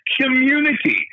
community